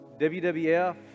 WWF